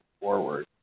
forward